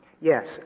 Yes